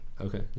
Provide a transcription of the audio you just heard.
Okay